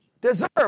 deserve